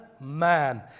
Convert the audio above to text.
man